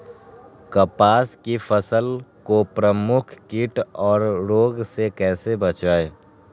कपास की फसल को प्रमुख कीट और रोग से कैसे बचाएं?